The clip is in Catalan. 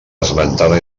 esmentada